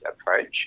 approach